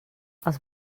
els